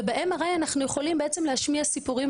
ובעצם אנחנו יכולים להשמיע סיפורים,